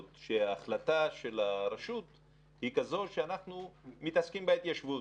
שהחלטה של הרשות היא כזאת שאנחנו מתעסקים בהתיישבות.